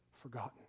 forgotten